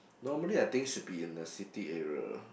normally I think should be in the city area